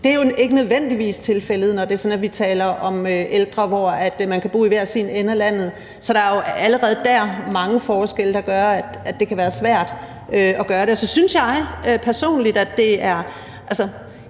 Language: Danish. Det er jo ikke nødvendigvis tilfældet, når vi taler om ældre, hvor man kan bo i hver sin ende af landet. Så allerede dér er der jo mange forskelle, der gør, at det kan være svært at gøre det. Så vil jeg sige, at jeg da